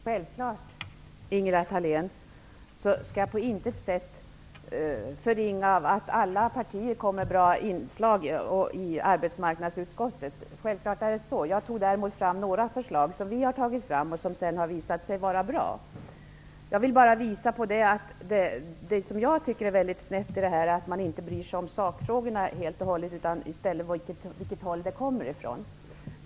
Fru talman! Självfallet skall jag på intet sätt förringa att alla partier kom med bra förslag i arbetsmarknadsutskottet, Ingela Thalén. Det är självfallet så. Jag tog däremot upp några förslag som vi i Ny demokrati har lagt fram och som visat sig vara bra. Det som jag tycker är väldigt snett är att man inte helt och hållet bryr sig om sakfrågorna utan i stället ser till vilket håll förslagen kommer ifrån.